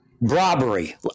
Robbery